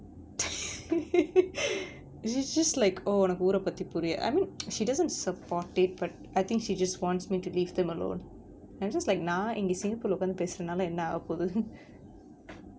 it's it's just like oh உனக்கு ஊர பத்தி புரி:unakku oora patthi puri I mean she doesn't support it but I think she just wants me to leave them alone I'm just like நா இங்க:naa inga singapore lah உக்காந்து பேசறதுனால என்ன ஆகபோது:ukkaanthu pesarathunaala enna aagapothu